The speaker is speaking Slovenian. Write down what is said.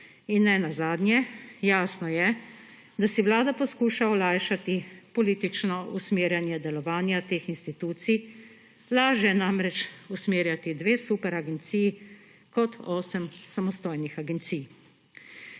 In nenazadnje, jasno je, da si Vlada poskuša olajšati politično usmerjanje delovanja teh institucij; lažje je namreč usmerjati dve superagenciji kot osem samostojnih agencij.